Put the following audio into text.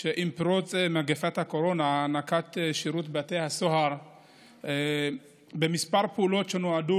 עם פרוץ מגפת הקורונה נקט שירות בתי הסוהר כמה פעולות שנועדו